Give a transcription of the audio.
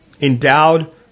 Endowed